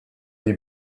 die